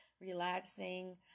relaxing